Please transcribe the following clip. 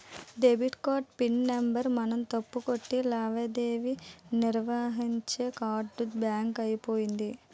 debit card PIN number మనం తప్పు కొట్టి లావాదేవీ నిర్వహిస్తే కార్డు బ్లాక్ అయిపోతుంది